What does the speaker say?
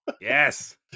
yes